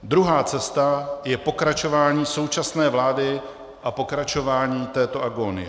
Druhá cesta je pokračování současné vlády a pokračování této agónie.